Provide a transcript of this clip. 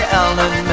Ellen